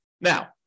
Now